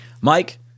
Mike